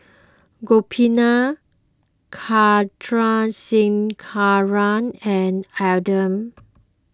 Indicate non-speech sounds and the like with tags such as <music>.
Gopinath Chandrasekaran and <unintelligible>